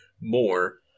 more